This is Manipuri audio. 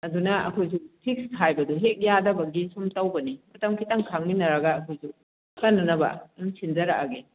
ꯑꯗꯨꯅ ꯑꯩꯈꯣꯏꯁꯨ ꯐꯤꯛꯁ ꯍꯥꯏꯕꯗꯨ ꯍꯦꯛ ꯌꯥꯗꯕꯒꯤ ꯁꯨꯝ ꯇꯧꯕꯅꯤ ꯃꯇꯝ ꯈꯤꯇꯪ ꯈꯥꯡꯃꯤꯟꯅꯔꯒ ꯑꯩꯈꯣꯏꯁꯨ ꯐꯥꯅꯅꯕ ꯑꯗꯨꯝ ꯁꯤꯟꯖꯔꯛꯑꯒꯦ